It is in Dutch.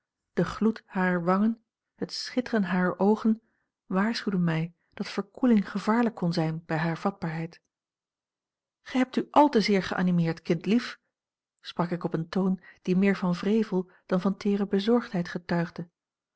de gloed harer wangen het schitteren harer oogen waarschuwden mij dat verkoeling gevaarlijk kon zijn bij hare vatbaarheid gij hebt u al te zeer geanimeerd kindlief sprak ik op een toon die meer van wrevel dan van teere bezorgdheid getuigde